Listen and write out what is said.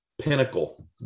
pinnacle